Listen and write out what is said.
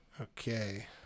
Okay